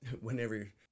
Whenever